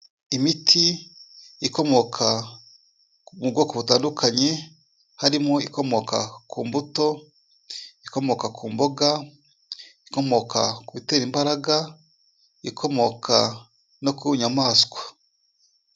Imiti ikomoka mu bwoko butandukanye, harimo ikomoka ku mbuto, ikomoka ku mboga, ikomoka ku bitera imbaraga, ikomoka no ku nyamaswa.